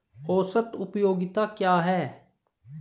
औसत उपयोगिता क्या है?